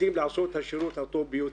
משתדלים לעשות את השירות הטוב ביותר.